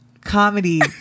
comedy